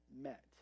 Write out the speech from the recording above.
met